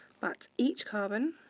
but each carbon